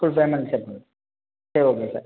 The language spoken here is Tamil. ஃபுல் பேமெண்ட் செட்டில் பண்ணணும் சரி ஓகே சார்